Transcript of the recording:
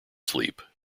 sleep